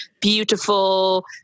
beautiful